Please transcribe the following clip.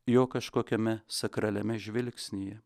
jo kažkokiame sakraliame žvilgsnyje